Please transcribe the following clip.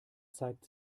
zeigt